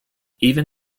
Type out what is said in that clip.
even